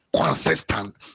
consistent